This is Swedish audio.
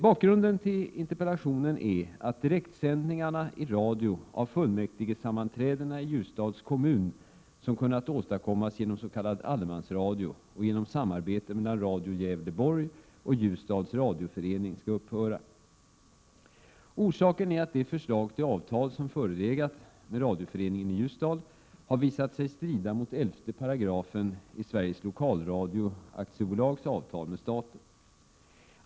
Bakgrunden till interpellationen är att direktsändningarna i radio av fullmäktigesammanträdena i Ljusdals kommun som kunnat åstadkommas genom s.k. allemansradio och genom samarbete mellan Radio Gävleborg och Ljusdals radioförening skall upphöra. Orsaken är att det förslag till avtal som förelegat med radioföreningen i Ljusdal har visat sig strida mot 11 § i Sveriges Lokalradio AB:s avtal med staten.